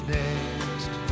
next